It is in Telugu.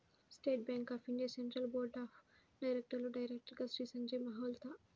state Bank of India Central Board of డైరెక్టర్స్లో డైరెక్టర్గా శ్రీ సంజయ్ మల్హోత్రా